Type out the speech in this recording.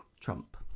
Trump